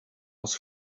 aus